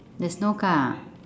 there's no car ah